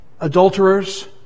Adulterers